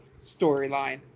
storyline